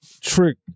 Trick